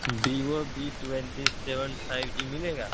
Vivo B twenty seven five G ملے گا